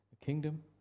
kingdom